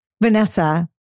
Vanessa